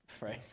right